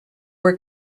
were